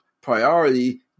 priority